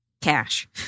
Cash